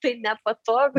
tai nepatogu